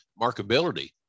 markability